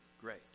great